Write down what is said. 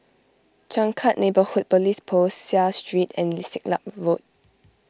Changkat Neighbourhood Police Post Seah Street and Siglap Road